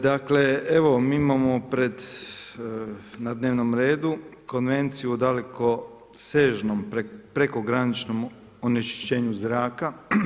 Dakle evo, mi imamo na dnevnom redu Konvenciju o dalekosežnom prekograničnom onečišćenju zraka.